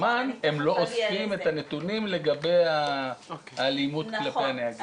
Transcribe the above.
לא אוספים את הנתונים לגבי האלימות כלפי הנהגים.